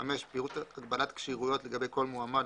פירוט הגבלת כשירויות לגבי כל מועמד,